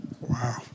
Wow